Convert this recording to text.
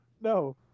No